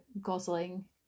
gosling